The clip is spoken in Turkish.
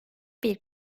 bir